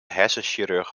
hersenchirurg